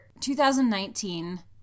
2019